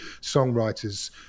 songwriters